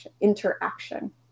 interaction